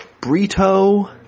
Brito